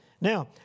Now